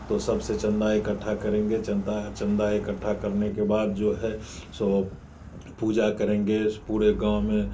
तो सबसे चंदा इकट्ठा करेंगे चंदा चंदा इकट्ठा करने के बाद जो है सो पूजा करेंगे पूरे गांव में